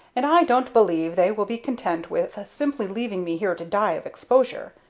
and i don't believe they will be content with simply leaving me here to die of exposure.